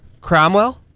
Cromwell